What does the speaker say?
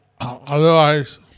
otherwise